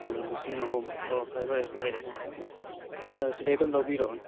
ꯑꯣ ꯂꯤꯁꯤꯡ ꯑꯍꯨꯝ ꯑꯣ ꯐꯔꯦ ꯐꯔꯦ ꯁꯤ ꯂꯩꯔꯦ ꯑꯥ ꯁꯤꯗꯩ ꯑꯗꯨꯝ ꯂꯧꯕꯤꯔꯣ